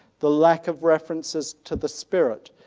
the lack of references to the spirit,